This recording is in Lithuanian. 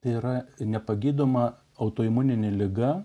tai yra nepagydoma autoimuninė liga